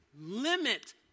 limit